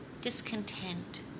Discontent